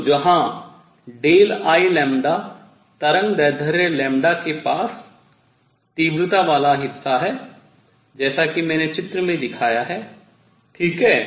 तो जहां I तरंगदैर्ध्य के पास तीव्रता वाला हिस्सा है जैसा कि मैंने चित्र में दिखाया है ठीक है